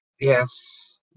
yes